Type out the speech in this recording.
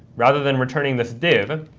rather than returning this div,